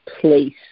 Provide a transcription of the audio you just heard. place